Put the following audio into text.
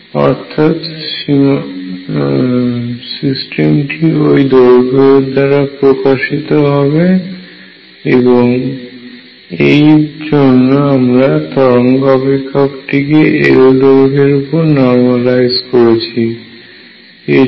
অর্থাৎ সিস্টেমটি ওই দৈর্ঘ্য এর দ্বারা প্রকাশিত হবে এবং এই জন্য আমরা তরঙ্গ অপেক্ষকটিকে L দৈর্ঘ্যের উপর নর্মালাইজ করেছি